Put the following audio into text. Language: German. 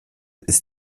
ist